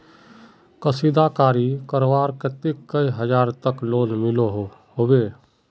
कशीदाकारी करवार केते कई हजार तक लोन मिलोहो होबे?